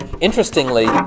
interestingly